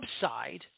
side